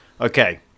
Okay